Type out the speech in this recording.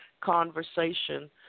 conversation